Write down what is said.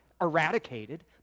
eradicated